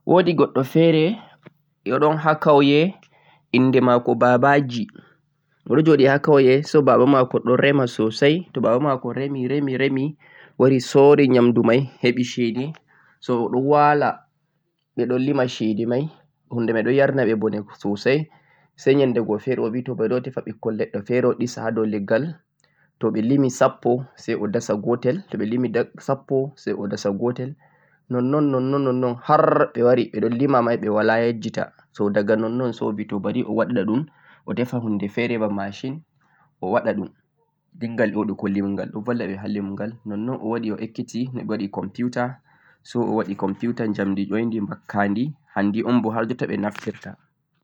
woodi goɗɗo feere o ɗon ha kawye in de ma ko baabaji, o ɗo joɗi ha kawye say baaba maako ɗo rema soosay to baaba maako remi, remi wari soori ƴamdu may heɓi ceede say o ɗo wa la ɓe ɗo lima ceede may huunde may ɗo yarna-ɓe bone soosay say nyannde go feere obi to bari o tefa ɓikkoy leɗɗe feere say o ɗisa ha dow leggal to ɓe limi sappo say o dasa gootel to, to ɓe limi sappo say dasa gootel, nonnon nonnon nonnon har ɓe wari ɓe ɗo lima may walaa yejjita to diga nonnon say o bi bari o waɗira ɗum o defe huunde ba macin o waɗa ɗum o dinnga loɗu ɗimgal. ɗo balla ɓe ha limgal, nonnon o waɗi o ekkiti no ɓe waɗi computer say o waɗi computer njamndi ƴoyndi makkadi hanndi un bo ha jotta ɓe naftirta